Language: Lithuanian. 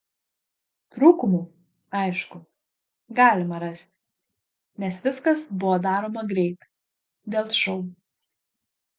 trūkumų aišku galima rasti nes viskas buvo daroma greitai dėl šou